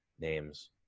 names